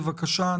בבקשה,